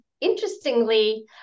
interestingly